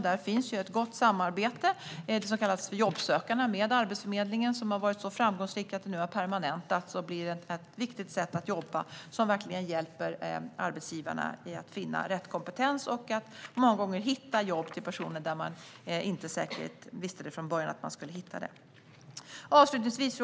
Där finns ett gott samarbete - det är det som kallas för jobbsökande - med Arbetsförmedlingen som har varit så framgångsrikt att det nu har permanentats och blivit ett viktigt sätt att jobba. Det hjälper verkligen arbetsgivarna att finna rätt kompetens och att många gånger hitta jobb till personer som man inte säkert visste från början att man skulle hitta jobb till. Fru ålderspresident!